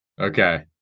Okay